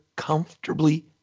Comfortably